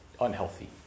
unhealthy